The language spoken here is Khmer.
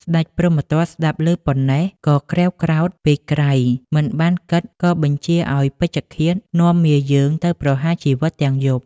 ស្តេចព្រហ្មទត្តស្តាប់ប៉ុណ្ណោះក៏ក្រេវក្រោធពេកក្រៃ មិនបានជាគិតក៏បញ្ជាឱ្យពេជ្ឈឃាតនាំមាយើងទៅប្រហារជីវិតទាំងយប់។